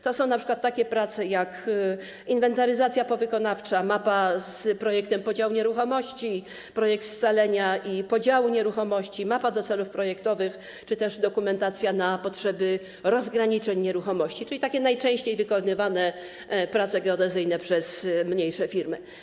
To są np. takie prace, jak: inwentaryzacja powykonawcza, sporządzenie mapy z projektem podziału nieruchomości, projektu scalenia i podziału nieruchomości, mapy do celów projektowych czy też dokumentacji na potrzeby rozgraniczenia nieruchomości, czyli najczęściej wykonywane prace geodezyjne przez mniejsze firmy.